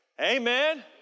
Amen